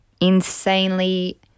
insanely